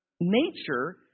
nature